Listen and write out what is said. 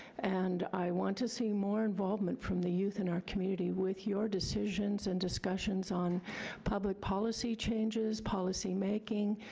and i want to see more involvement from the youth in our community with your decisions and discussions on public policy changes, policy making,